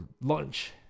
lunch